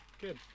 good